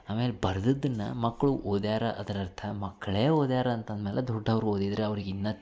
ಆಮೇಲೆ ಬರ್ದದ್ದನ್ನು ಮಕ್ಕಳು ಓದ್ಯಾರ ಅದರರ್ಥ ಮಕ್ಕಳೇ ಓದ್ಯಾರ ಅಂತಂದಮೇಲೆ ದೊಡ್ಡವರು ಓದಿದರೆ ಅವ್ರಿಗೆ ಇನ್ನೂ